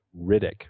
Riddick